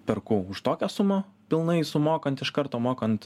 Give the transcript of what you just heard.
perku už tokią sumą pilnai sumokant iš karto mokant